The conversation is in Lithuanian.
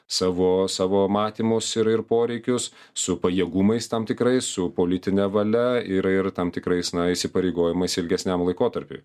savo savo matymus ir ir poreikius su pajėgumais tam tikrais su politine valia ir ir tam tikrais na įsipareigojimais ilgesniam laikotarpiui